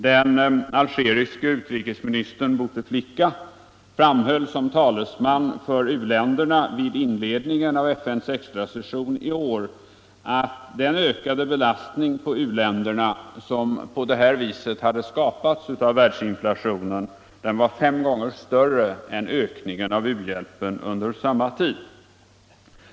Den algeriske utrikesministern Bouteflika framhöll som talesman för u-länderna vid inledningen till FN:s extra session i år att den ökade belastning på u-länderna som på detta sätt hade skapats av världsinflationen var fem gånger större än ökningen av u-hjälpen under samma tid.